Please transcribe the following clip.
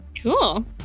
Cool